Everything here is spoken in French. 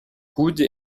coude